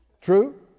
True